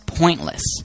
pointless